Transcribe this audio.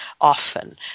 often